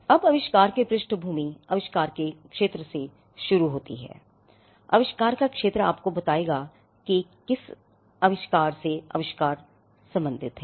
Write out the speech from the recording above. अब आविष्कार की पृष्ठभूमि आविष्कार के क्षेत्र से शुरू हो सकती है आविष्कार का क्षेत्र आपको बताएगा कि आविष्कार किस क्षेत्र से संबंधित है